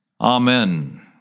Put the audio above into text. Amen